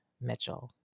Mitchell